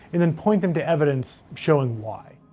and then point them to evidence showing why.